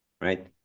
right